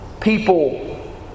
people